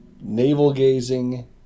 Navel-gazing